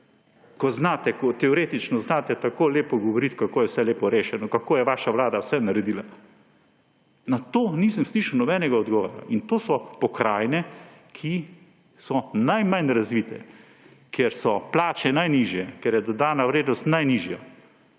ko znate, ko teoretično znate tako lepo govoriti, kako je vse lepo rešeno, kako je vaša vlada vse naredila? Na to nisem slišal nobenega odgovora. To so pokrajine, ki so najmanj razvite, kjer so plače najnižje, kjer je dodana vrednost najnižja.